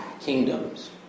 kingdoms